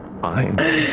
fine